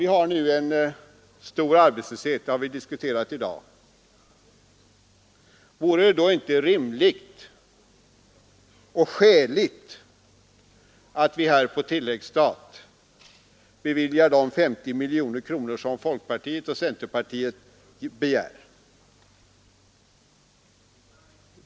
Vi har nu en stor arbetslöshet och den har vi diskuterat i dag. Vore det då inte rimligt och skäligt att vi här på tilläggsstat beviljar de 50 miljoner kronor som folkpartiet och centerpartiet begär?